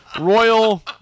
royal